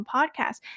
Podcast